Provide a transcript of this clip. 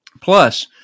Plus